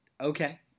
okay